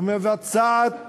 ומבצעת